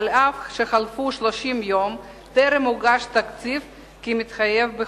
אף שחלפו 30 יום, טרם הוגש תקציב כמתחייב בחוק.